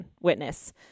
Witness